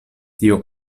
tiu